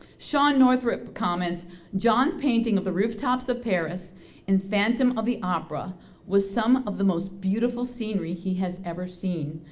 sean northrop comments john painting of the rooftops of paris in phantom of the opera was some of the most beautiful scenery he has ever seen.